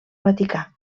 vaticà